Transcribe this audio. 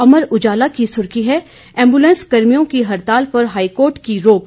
अमर उजाला की सुर्खी है एंबुलेंस कर्मियों की हड़ताल पर हाईकोर्ट की रोक